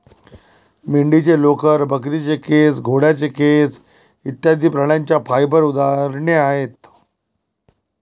मेंढीचे लोकर, बकरीचे केस, घोड्याचे केस इत्यादि प्राण्यांच्या फाइबर उदाहरणे आहेत